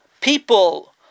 people